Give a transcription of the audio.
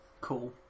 Cool